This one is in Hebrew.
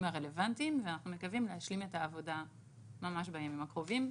הרלוונטיים ואנחנו מקווים להשלים את העבודה ממש בימים הקרובים.